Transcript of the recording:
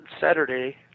Saturday